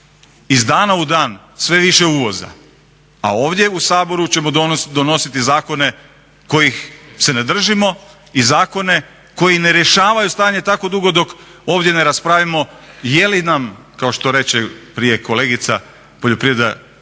iz dana u dan sve više uvoza, a ovdje u Saboru ćemo donositi zakone kojih se ne držimo i zakoni koji ne rješavaju stanje tako dugo dok ovdje ne raspravimo je li nam kao što reče prije kolegica poljoprivreda